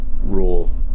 rule